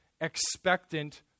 expectant